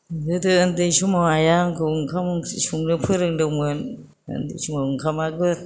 गोदो उन्दै समाव आइआ आंखौ ओंखाम ओंख्रि संनो फोरोंदोंमोन बे समाव ओंखामाबो